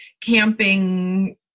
camping